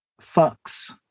fucks